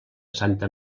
santa